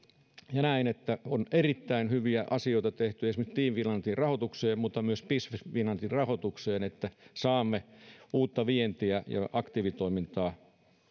ja näen että on erittäin hyviä asioita tehty esimerkiksi team finlandin rahoitukseen mutta myös business finlandin rahoitukseen että saamme uutta vientiä ja aktiivitoimintaa